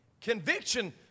Conviction